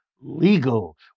legal